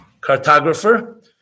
cartographer